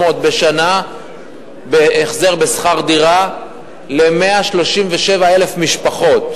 מיליון בשנה בהחזר שכר דירה ל-137,000 משפחות,